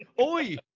Oi